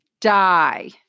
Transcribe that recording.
die